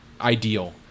ideal